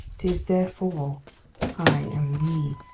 tis therefore i am me.